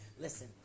listen